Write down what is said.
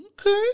okay